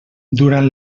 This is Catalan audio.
durant